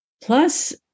plus